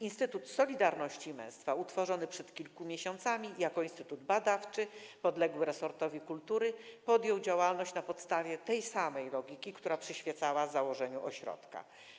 Instytut Solidarności i Męstwa, utworzony przed kilku miesiącami jako instytut badawczy podległy resortowi kultury, podjął działalność na podstawie tej samej logiki, która przyświecała założeniu ośrodka.